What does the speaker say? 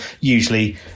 usually